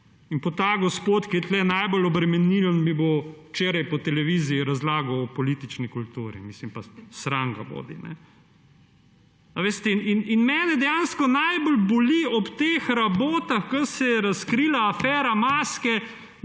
In ta gospod, ki je tukaj najbolj obremenilen, mi bo včeraj po televiziji razlagal o politični kulturi. Mislim. Pa sram ga bodi! In mene dejansko najbolj boli ob teh rabotah, ko se je razkrila afera maske,